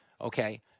okay